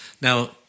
Now